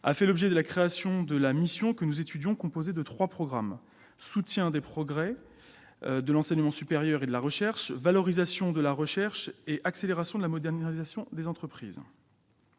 a fait l'objet de la création de la mission que nous étudions, composée de trois programmes :« Soutien des progrès de l'enseignement supérieur et de la recherche »,« Valorisation de la recherche » et « Accélération de la modernisation des entreprises